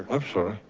ah i'm sorry.